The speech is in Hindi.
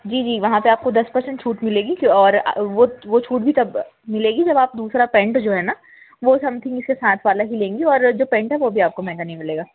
जी जी वहाँ पर आपको दस परसेंट छूट मिलेगी और वह वह छूट भी तब मिलेगी जब आप दूसरा पैंट जो है ना वह समथिंग इसके साथ वाला ही लेंगे और जो पैंट है वह भी आपको महँगा नहीं मिलेगा